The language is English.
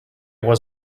was